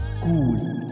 Cool